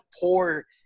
poor